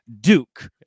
Duke